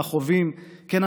למכאובים / כן,